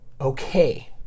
okay